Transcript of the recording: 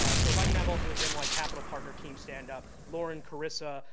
ah so if i can have also the gen y capital partner team, stand up? lauren, clarissa,